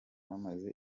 bamaze